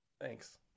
Thanks